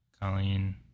Colleen